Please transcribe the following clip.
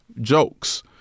jokes